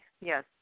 Yes